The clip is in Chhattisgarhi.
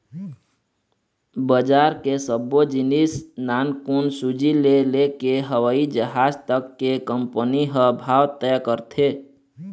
बजार के सब्बो जिनिस नानकुन सूजी ले लेके हवई जहाज तक के कंपनी ह भाव तय करथे